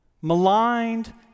maligned